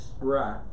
Right